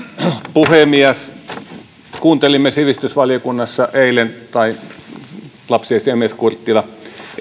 puhemies sivistysvaliokunnassa eilen lapsiasiamies kurttila